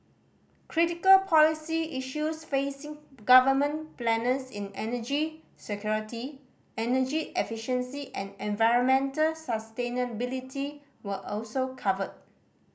critical policy issues facing government planners in energy security energy efficiency and environmental sustainability were also covered